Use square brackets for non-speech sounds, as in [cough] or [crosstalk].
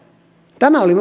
tämä oli [unintelligible]